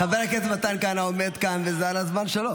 חבר הכנסת מתן כהנא עומד כאן וזה על הזמן שלו.